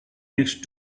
next